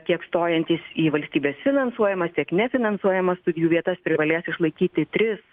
tiek stojantys į valstybės finansuojamas tiek nefinansuojamas studijų vietas privalės išlaikyti tris